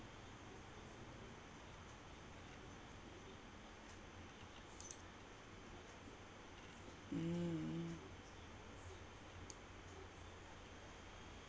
mm